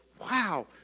wow